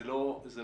זה לא ייגמר.